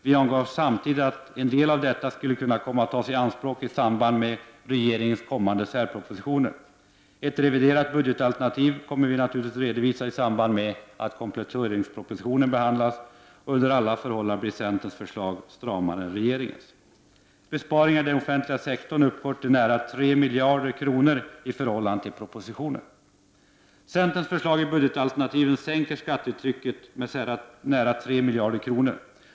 Vi angav samtidigt att en del av detta skulle kunna komma att tas i anspråk i samband med regeringens kommande särpropositioner. Ett reviderat budgetalternativ kommer vi naturligtvis att redovisa i samband med att kompletteringspropositionen behandlas. Under alla förhållanden blir centerns budget stramare än regeringens. Besparingarna inom den offentliga sektorn uppgår till nära 3 miljarder kronor i förhållande till propositionen. Centerns förslag i budgetalternativet sänker skattetrycket med nära 3 miljarder kronor.